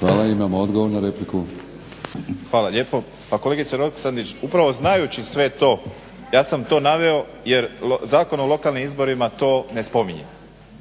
Hvala. Imamo odgovor na repliku. **Borić, Josip (HDZ)** Hvala lijepo. Pa kolegice Roksandić, upravo znajući sve to ja sam to naveo jer Zakon o lokalnim izborima to ne spominje,